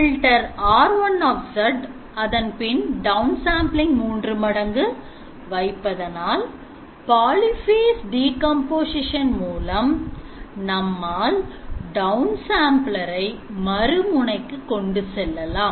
filter R1 அதன்பின் downsampling3 மடங்கு வைப்பதனால் polyphase decomposition மூலம் நம்மால் downsampler மறு முனைக்கு கொண்டு செல்லலாம்